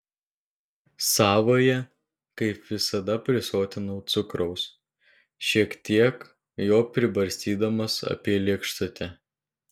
savąją kaip visada prisotinau cukraus šiek tiek jo pribarstydamas apie lėkštutę